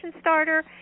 starter